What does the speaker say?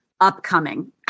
upcoming